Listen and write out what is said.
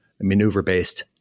maneuver-based